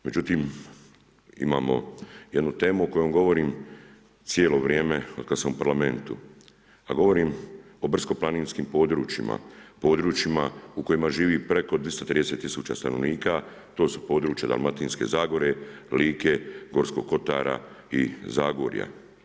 Međutim imamo jednu temu o kojoj govorim cijelo vrijeme otkada sam u parlamentu a govorim o brdsko-planinskim područjima, područjima u kojima živi preko 230 tisuća stanovnika, to su područja Dalmatinske zagore, Like, Gorskog kotara i Zagorja.